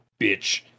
bitch